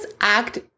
act